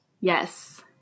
Yes